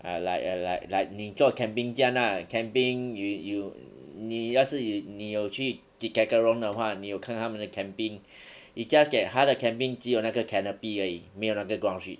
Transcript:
ah like err like like 你做 camping 这样啦 camping you you 你要是你你有去 decathlon 的话你有看它们的 camping it's just that 它的 camping 只有那个 canopy 而已没有那个 groundsheet